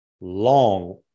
long